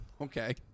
okay